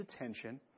attention